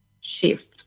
shift